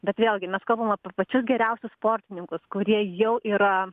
bet vėlgi mes kalbam apie pačius geriausius sportininkus kurie jau yra